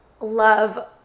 love